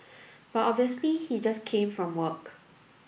but obviously he just came from work